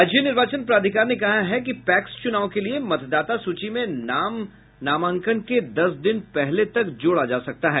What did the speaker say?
राज्य निर्वाचन प्राधिकार ने कहा है कि पैक्स चूनाव के लिए मतदाता सूची में नाम नामांकन के दस दिन पहले तक जोड़ा जा सकता है